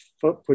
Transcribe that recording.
put